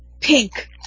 Pink